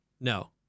No